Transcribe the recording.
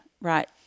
right